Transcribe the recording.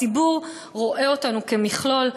הציבור רואה אותנו כמכלול,